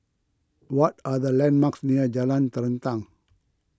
what are the landmarks near Jalan Terentang